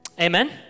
Amen